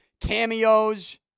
cameos